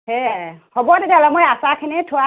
সেইয়াই হ'ব তেতিয়াহ'লে মই আচাৰ খিনি থোৱা